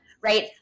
right